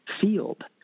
field